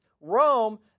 Rome